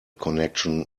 connection